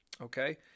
Okay